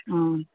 ஆ